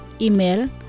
Email